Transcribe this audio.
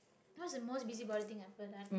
what's the most busybody thing i've ever done